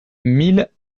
mille